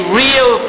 real